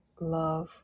love